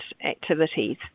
activities